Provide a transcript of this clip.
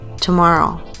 Tomorrow